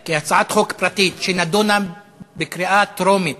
כי הצעת חוק פרטית שנדונה בקריאה טרומית